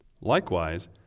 Likewise